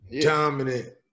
dominant